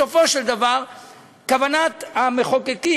בסופו של דבר כוונת המחוקקים,